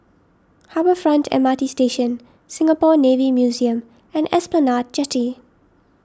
Harbour Front M R T Station Singapore Navy Museum and Esplanade Jetty